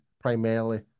primarily